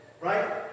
right